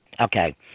Okay